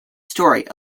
story